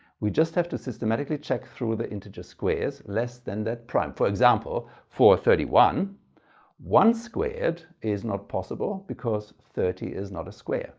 we just have to systematically check through the integer squares less than that prime. for example, for thirty one one squared is not possible because thirty is not a square